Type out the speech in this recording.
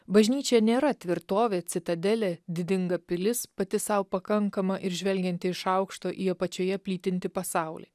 bažnyčia nėra tvirtovė citadelė didinga pilis pati sau pakankama ir žvelgianti iš aukšto į apačioje plytintį pasaulį